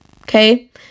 Okay